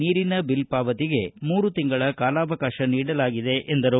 ನೀರಿನ ಬಿಲ್ ಪಾವತಿಗೆ ಮೂರು ತಿಂಗಳ ಕಾಲಾವಕಾಶ ನೀಡಲಾಗಿದೆ ಎಂದರು